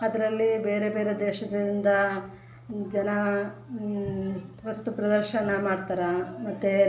ಅದರಲ್ಲಿ ಬೇರೆ ಬೇರೆ ದೇಶದಿಂದ ಜನ ವಸ್ತುಪ್ರದರ್ಶನ ಮಾಡ್ತಾರೆ ಮತ್ತು